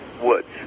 woods